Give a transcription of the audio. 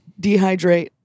dehydrate